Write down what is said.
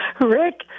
Rick